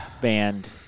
Band